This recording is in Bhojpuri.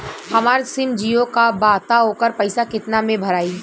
हमार सिम जीओ का बा त ओकर पैसा कितना मे भराई?